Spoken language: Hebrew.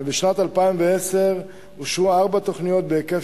בשנת 2010 אושרו ארבע תוכניות בהיקף